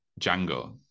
Django